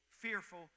fearful